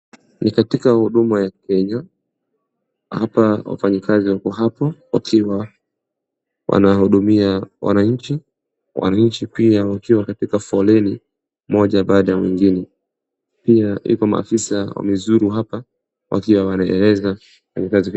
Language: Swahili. Ni katika Huduma ya Kenya hapa wafanyikazi wako hapo wakiwa wanahudumia wananchi. Wananchi pia wakiwa katika foleni moja baada ya mwingine. Pia iko maafisa wamezuru hapa wakiwa wanaeleza ni kazi gani.